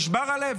נשבר הלב,